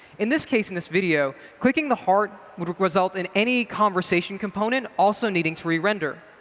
in this case, in this video, clicking the heart would result in any conversation component also needing to rerender.